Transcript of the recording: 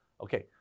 Okay